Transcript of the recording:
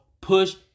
push